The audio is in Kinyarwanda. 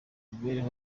imbere